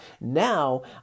now